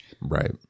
right